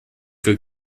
как